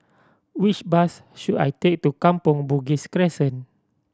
which bus should I take to Kampong Bugis Crescent